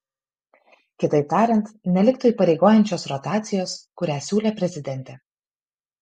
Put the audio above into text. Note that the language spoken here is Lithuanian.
kitaip tariant neliktų įpareigojančios rotacijos kurią siūlė prezidentė